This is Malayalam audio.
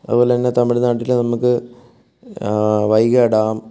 അതുപോലെ തന്നെ തമിഴ്നാട്ടിലെ നമുക്ക് വൈഗ ഡാം